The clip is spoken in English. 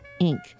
Inc